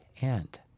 end